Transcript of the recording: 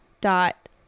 dot